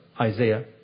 Isaiah